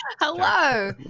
hello